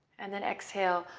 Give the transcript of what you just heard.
and then exhale.